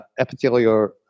epithelial